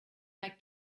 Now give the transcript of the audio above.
like